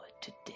today